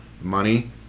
money